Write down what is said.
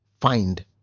find